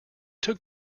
took